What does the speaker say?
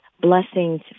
blessings